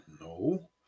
No